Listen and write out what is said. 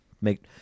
make